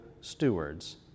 stewards